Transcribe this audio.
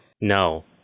no